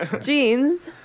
Jeans